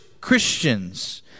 Christians